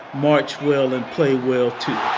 march well and play well, too.